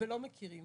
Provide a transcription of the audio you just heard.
ולא מכירים